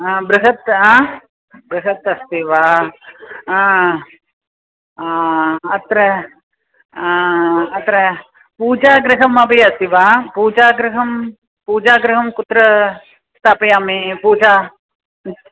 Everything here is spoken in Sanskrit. हा बृहत् आ बृहत् अस्ति वा ह अत्र अत्र पूजागृहमपि अस्ति वा पूजागृहं पूजागृहं कुत्र स्थापयामि पूजा